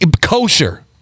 Kosher